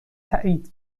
تأیید